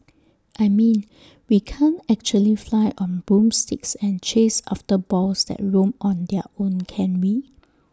I mean we can't actually fly on broomsticks and chase after balls that roam on their own can we